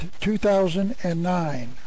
2009